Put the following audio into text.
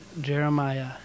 Jeremiah